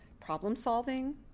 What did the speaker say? problem-solving